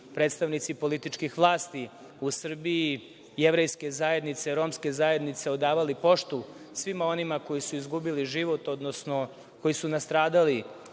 predstavnici političkih vlasti u Srbiji, Jevrejske zajednice, Romske zajednice, odavali poštu svima onima koji su izgubili život, odnosno koji su nastradali